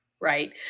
right